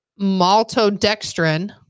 maltodextrin